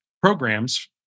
Programs